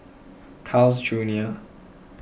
Carl's Junior